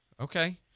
Okay